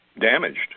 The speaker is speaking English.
damaged